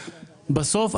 בסוף,